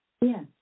Yes